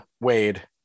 Wade